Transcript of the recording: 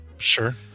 Sure